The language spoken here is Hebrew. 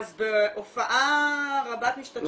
אז בהופעה רבת משתתפים,